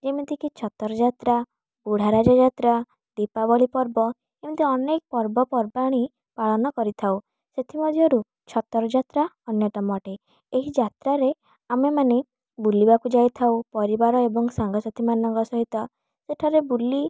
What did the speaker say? ଯେମିତିକି ଛତର ଯାତ୍ରା ବୁଢ଼ାରାଜା ଯାତ୍ରା ଦୀପାବଳି ପର୍ବ ଏମିତି ଅନେକ ପର୍ବ ପର୍ବାଣି ପାଳନ କରିଥାଉ ସେଥିମଧ୍ୟରୁ ଛତର ଯାତ୍ରା ଅନ୍ୟତମ ଅଟେ ଏହି ଯାତ୍ରାରେ ଆମେମାନେ ବୁଲିବାକୁ ଯାଇଥାଉ ପରିବାର ଏବଂ ସାଙ୍ଗସାଥି ମାନଙ୍କ ସହିତ ସେଠାରେ ବୁଲି